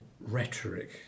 rhetoric